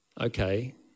Okay